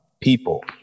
people